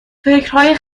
فکرهای